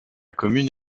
commune